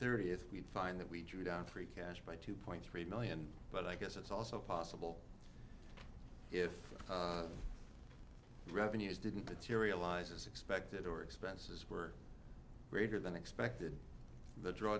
thirtieth we'd find that we drew down free cash by two point three million but i guess it's also possible if revenues didn't materialize as expected or expenses were greater than expected the